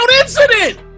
incident